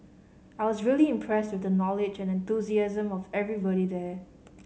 I was really impressed with the knowledge and enthusiasm of everybody there